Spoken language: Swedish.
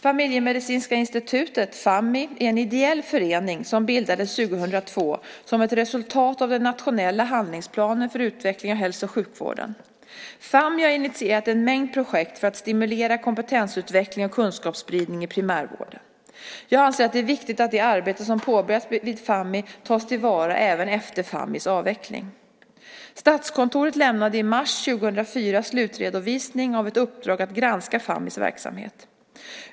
Familjemedicinska institutet, Fammi, är en ideell förening som bildades år 2002 som ett resultat av den nationella handlingsplanen för utveckling av hälso och sjukvården. Fammi har initierat en mängd projekt för att stimulera kompetensutveckling och kunskapsspridning i primärvården. Jag anser att det är viktigt att det arbete som påbörjats vid Fammi tas till vara även efter Fammis avveckling. Statskontoret lämnade i mars 2004 slutredovisning av ett uppdrag att granska Fammis verksamhet.